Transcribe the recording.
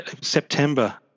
September